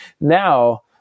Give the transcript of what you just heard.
Now